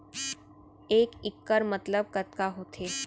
एक इक्कड़ मतलब कतका होथे?